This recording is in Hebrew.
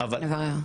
אנחנו תכף נברר.